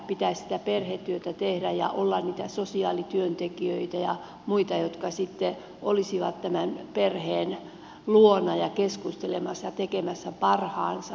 pitäisi sitä perhetyötä tehdä ja olla niitä sosiaalityöntekijöitä ja muita jotka sitten olisivat tämän perheen luona ja keskustelemassa tekemässä parhaansa